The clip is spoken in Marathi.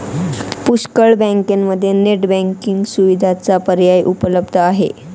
पुष्कळ बँकांमध्ये नेट बँकिंग सुविधेचा पर्याय उपलब्ध आहे